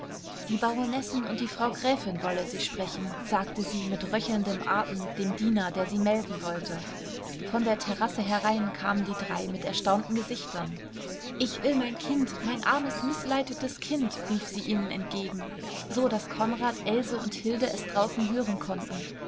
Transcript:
die baronessen und die frau gräfin wolle sie sprechen sagte sie mit röchelndem atem dem diener der sie melden wollte von der terrasse herein kamen die drei mit erstaunten gesichtern ich will mein kind mein armes mißleitetes kind rief sie ihnen entgegen so daß konrad else und hilde es draußen hören konnten